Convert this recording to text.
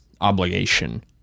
obligation